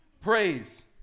Praise